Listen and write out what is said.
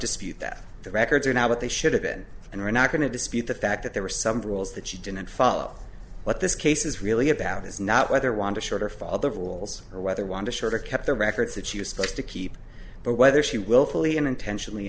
dispute that the records are now what they should have been and we're not going to dispute the fact that there were some rules that she didn't follow what this case is really about is not whether want a shorter fall the rules or whether want a shorter kept the records that she was supposed to keep but whether she will fully and intentionally